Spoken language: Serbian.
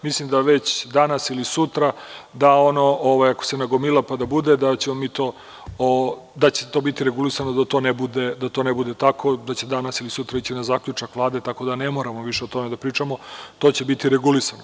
Mislim da već danas ili sutra ako se nagomila pa da bude, da će to biti regulisano da to ne bude tako, da će danas ili sutra ići na zaključak Vlade, tako da ne moramo više o tome da pričamo, to će biti regulisano.